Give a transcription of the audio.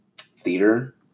theater